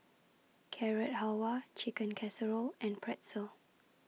Carrot Halwa Chicken Casserole and Pretzel